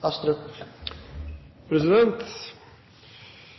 tror jeg vi er